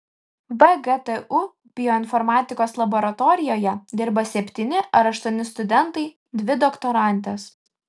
vgtu bioinformatikos laboratorijoje dirba septyni ar aštuoni studentai dvi doktorantės